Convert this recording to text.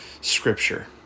scripture